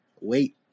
wait